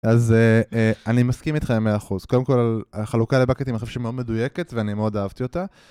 אז אני מסכים איתך ב- 100%. קודם כל, החלוקה לפאקטים מאוד מדוייקת ואני מאוד אהבתי אותה.